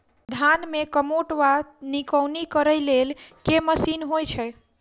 धान मे कमोट वा निकौनी करै लेल केँ मशीन होइ छै?